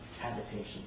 habitation